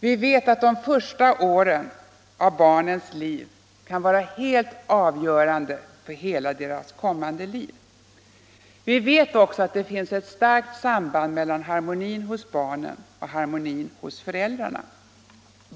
Vi vet att de första åren kan vara helt avgörande för en människas kommande liv. Vi vet också att det finns ett starkt samband mellan harmonin hos barnen och harmonin hos föräldrarna.